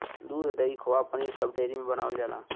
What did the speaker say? दूध, दही, खोवा पनीर सब डेयरी में बनावल जाला